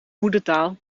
moedertaal